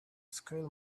scale